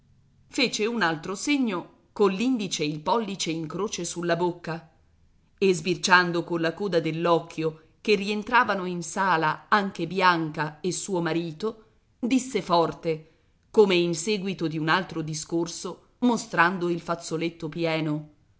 fece un altro segno coll'indice e il pollice in croce sulla bocca e sbirciando colla coda dell'occhio che rientravano in sala anche bianca e suo marito disse forte come in seguito di un altro discorso mostrando il fazzoletto pieno